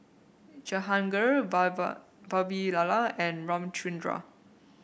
Jehangirr Vavilala and Ramchundra